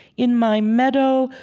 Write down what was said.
in my meadow,